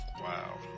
Wow